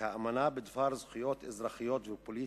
והאמנה בדבר זכויות אזרחיות ופוליטיות.